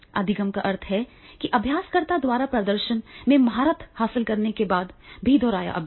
अधिगम का अर्थ है कि अभ्यासकर्ता द्वारा प्रदर्शन में महारत हासिल करने के बाद भी दोहराया अभ्यास